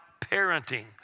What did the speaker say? parenting